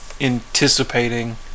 anticipating